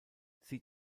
sie